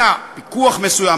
היה פיקוח מסוים,